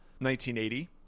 1980